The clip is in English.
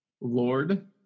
Lord